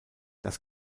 das